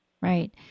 right